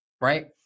Right